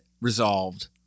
resolved